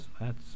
That's